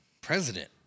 President